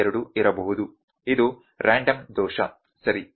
32 ಇರಬಹುದು ಇದು ರ್ಯಾಂಡಮ್ ದೋಷ ಸರಿ